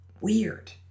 weird